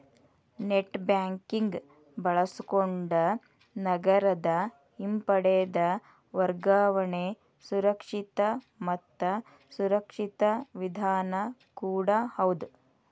net banking ಬಳಸಕೊಂಡ ನಗದ ಹಿಂಪಡೆದ ವರ್ಗಾವಣೆ ಸುರಕ್ಷಿತ ಮತ್ತ ಸುರಕ್ಷಿತ ವಿಧಾನ ಕೂಡ ಹೌದ್